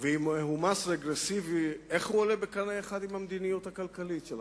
ואם הוא מס רגרסיבי איך הוא עולה בקנה אחד עם המדיניות הכלכלית שלכם?